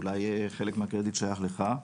אולי חלק מהקרדיט שייך לך.